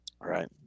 right